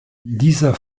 dieser